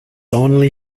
only